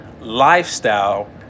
lifestyle